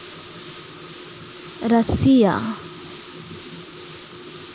Russia